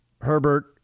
Herbert